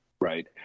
Right